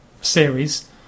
series